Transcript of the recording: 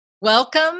Welcome